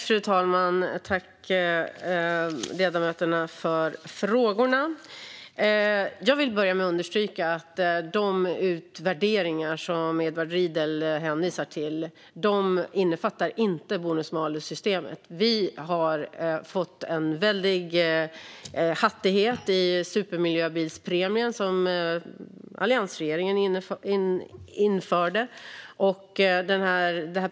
Fru talman! Jag tackar ledamöterna för frågorna. Jag vill börja med att understryka att de utvärderingar som Edward Riedl hänvisar till inte innefattar bonus-malus-systemet. Vi har fått en väldig hattighet i och med supermiljöbilspremien som alliansregeringen införde.